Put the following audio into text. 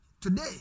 Today